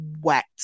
wet